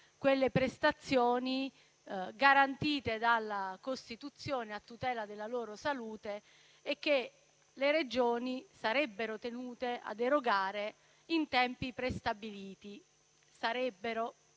quelle prestazioni garantite dalla Costituzione a tutela della loro salute e che le Regioni sarebbero tenute ad erogare in tempi prestabiliti. Dico